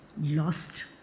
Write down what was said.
lost